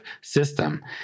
system